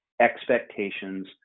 expectations